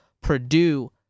Purdue